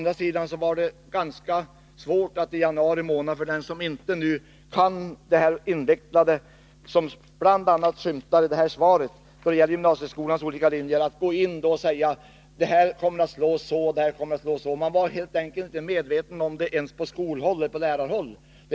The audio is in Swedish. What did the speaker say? För den som inte är insatt i dessa invecklade frågor då det gäller gymnasieskolans olika linjer — att de är svåra framgick också av svaret — var det å andra sidan svårt att i januari månad gå in i debatten och säga hur förslaget skulle komma att påverka de olika ämnena. Man var helt enkelt inte medveten om hur det skulle bli ens från lärarhåll.